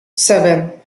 seven